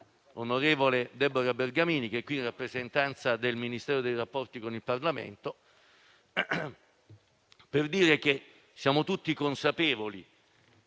onorevole Deborah Bergamini, che qui è in rappresentanza del Ministero per i rapporti con il Parlamento. Siamo tutti consapevoli